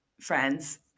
friends